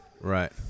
Right